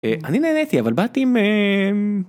אה, אני נהנתי אבל באתי עם...